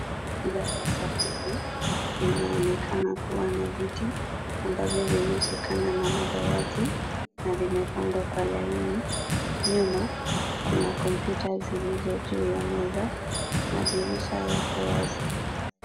Darasa hili linaonekana kuwa na viti ambavyo vimeshikana na madawati na vimepangwa kwa laini . Nyuma kuna kompyuta zilizo juu ya meza. Madirisha yako wazi.